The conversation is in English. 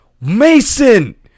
Mason